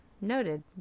Noted